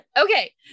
okay